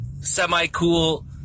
semi-cool